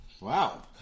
Wow